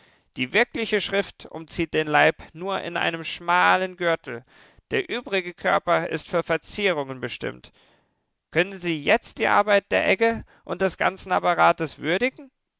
die wirkliche schrift umzieht den leib nur in einem schmalen gürtel der übrige körper ist für verzierungen bestimmt können sie jetzt die arbeit der egge und des ganzen apparates würdigen